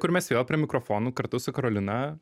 kur mes vėl prie mikrofonų kartu su karolina